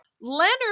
Leonard